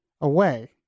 away